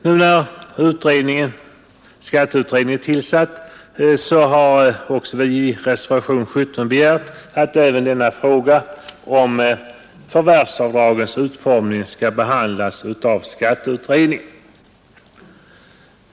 Nu när skatteutredningen tillsatts har vi också i reservationen 17 begärt att även denna fråga om förvärvsavdragets utformning skall behandlas av utredningen.